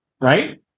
Right